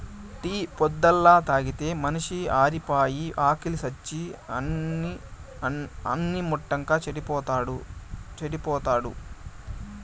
tea పొద్దల్లా తాగితే మనిషి ఆరిపాయి, ఆకిలి సచ్చి అన్నిం ముట్టక చెడిపోతాడు